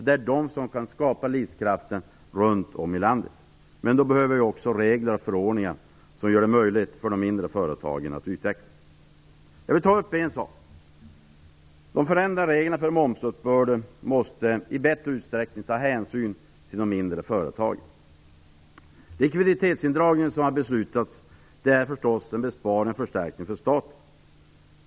Det är de som kan skapa livskraften runt om i landet. Men då behöver vi också regler och förordningar som gör det möjligt för de mindre företagen att utvecklas. En sak som jag vill ta upp är att de förändrade reglerna för momsuppbörden i större utsträckning måste ta hänsyn till de mindre företagen. Den beslutade likviditetsindragningen är förstås en besparing och en förstärkning för staten.